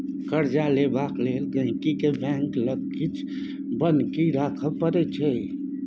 कर्जा लेबाक लेल गांहिकी केँ बैंक लग किछ बन्हकी राखय परै छै